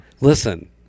Listen